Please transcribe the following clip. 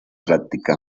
práctica